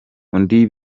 undi